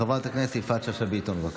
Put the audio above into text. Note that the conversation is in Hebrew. חברת הכנסת יפעת שאשא ביטון, בבקשה.